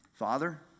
Father